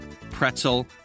pretzel